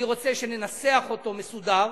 אני רוצה שננסח אותו מסודר.